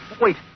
Wait